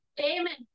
Amen